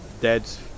Dad's